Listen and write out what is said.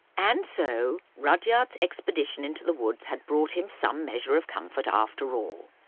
and so rudyard's expedition into the woods had brought him some measure of comfort after all.